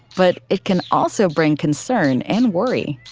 but it can also bring concern and worry.